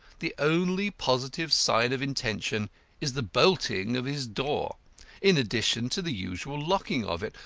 the only positive sign of intention is the bolting of his door in addition to the usual locking of it,